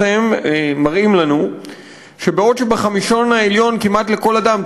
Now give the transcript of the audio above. מפרסם מראים לנו שבעוד שבחמישון העליון כמעט לכל אדם,